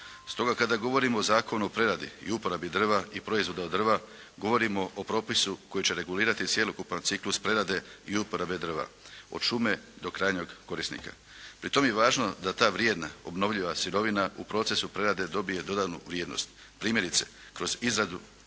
Stoga kada govorimo o zakonu o preradi i uporabi drva i proizvoda od drva govorimo o propisu koji će regulirati cjelokupan ciklus prerade i uporabe drva. Od šume do krajnjeg korisnika. Pri tom je važno da ta vrijedna obnovljiva sirovina u procesu prerade dobije dodanu vrijednost. Primjerice kroz izradu